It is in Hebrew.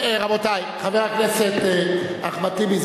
חבר הכנסת אחמד טיבי,